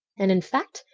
and, in fact,